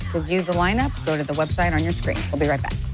to view the lineup, go to the website on your screen.